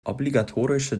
obligatorische